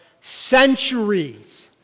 centuries